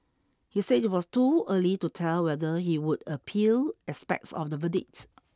he said it was too early to tell whether he would appeal aspects of the verdict